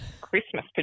Christmas